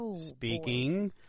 speaking